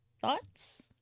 Thoughts